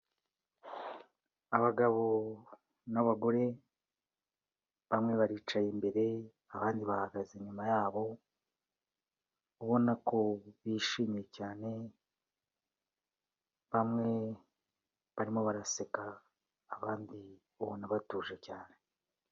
Abagabo n'abagore, bamwe baricaye imbere abandi bahagaze inyuma yabo, ubona ko bishimye cyane, bamwe barimo baraseka abandi ubona batuje cyane.